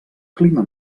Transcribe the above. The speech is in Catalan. clima